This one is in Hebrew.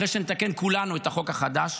אחרי שנתקן כולנו את החוק החדש,